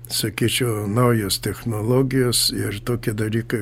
sakyčiau naujos technologijos ir toki dalyką